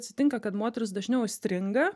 atsitinka kad moterys dažniau užstringa